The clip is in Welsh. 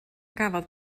gafodd